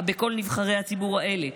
בכל נבחרי הציבור האלה,